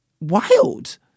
wild